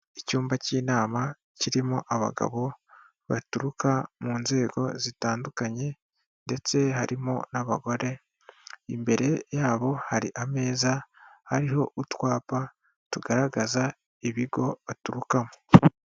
Icyumba cy'inama kirimo abagabo baturuka mu nzego zitandukanye ndetse harimo n'abagore, imbere yabo hari ameza ariho utwapa tugaragaza ibigo baturukaho.